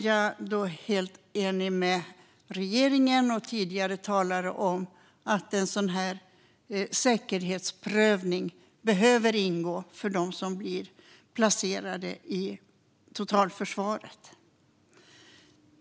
Jag är helt enig med regeringen och tidigare talare om att en sådan här säkerhetsprövning behöver ingå för dem som blir placerade i totalförsvaret.